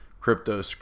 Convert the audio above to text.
crypto